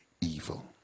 evil